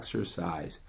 exercise